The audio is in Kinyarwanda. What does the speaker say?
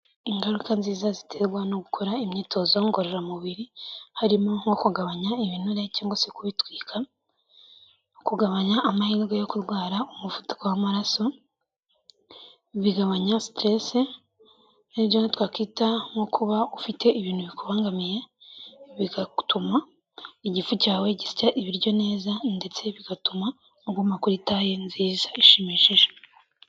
Ingaruka nziza ziterwa no gukora imyitozo ngororamubiri, harimo nko kugabanya ibinure cyangwa se kubitwika no kugabanya amahirwe yo kurwara umuvuduko w'amaraso, bigabanya siteresi ibyo twakita nko kuba ufite ibintu bikubangamiye, bigatuma igifu cyawe gisya ibiryo neza ndetse bigatuma uguma kuri taye nziza ishimishije.